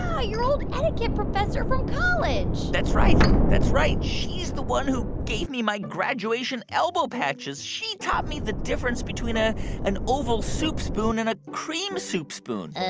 ah your old etiquette professor from college that's right. that's right. she's the one who gave me my graduation elbow patches. she taught me the difference between ah an oval soup spoon and a cream soup spoon.